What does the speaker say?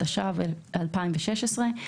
התשע"ו-2016,